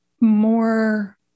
more